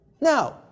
No